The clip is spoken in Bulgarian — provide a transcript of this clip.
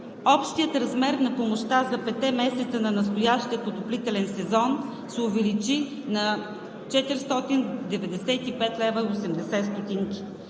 Общият размер на помощта за петте месеца на настоящия отоплителен сезон се увеличи на 495,80 лв.